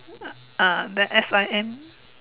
ah then S_I_M